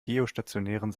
geostationären